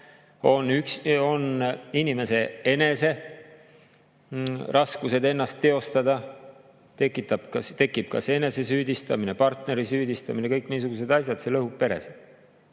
Inimesel on raske ennast teostada, tekib enese süüdistamine, partneri süüdistamine, kõik niisugused asjad. See lõhub peresid.